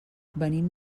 venim